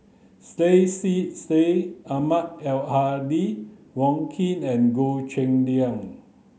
Syed Sheikh Syed Ahmad Al Hadi Wong Keen and Goh Cheng Liang